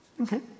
Okay